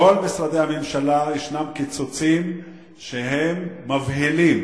בכל משרדי הממשלה יש קיצוצים שהם מבהילים.